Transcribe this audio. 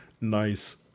nice